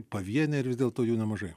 pavieniai ir vis dėlto jų nemažai